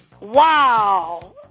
Wow